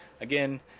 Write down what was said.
again